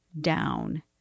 down